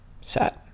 set